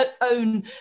own